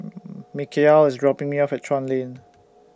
Mikeal IS dropping Me off At Chuan Lane